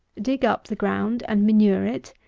dig up the ground and manure it,